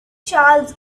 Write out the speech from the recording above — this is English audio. charles